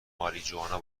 ماریجوانا